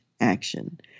action